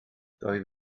doedd